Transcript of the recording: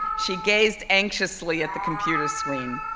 she gazed anxiously at the computer screen.